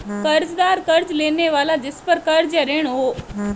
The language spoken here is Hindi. कर्ज़दार कर्ज़ लेने वाला जिसपर कर्ज़ या ऋण हो